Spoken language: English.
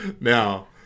now